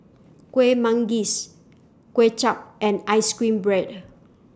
Kueh Manggis Kway Chap and Ice Cream Bread